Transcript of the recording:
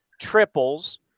triples